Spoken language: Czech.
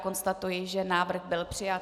Konstatuji, že návrh byl přijat.